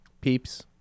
Peeps